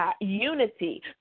unity